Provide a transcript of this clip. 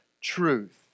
truth